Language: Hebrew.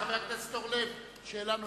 לחבר הכנסת אורלב ודאי יש שאלה נוספת.